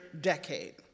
decade